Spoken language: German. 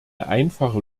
einfache